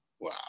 Wow